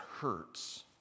hurts